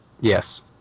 Yes